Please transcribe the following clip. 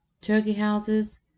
turkey-houses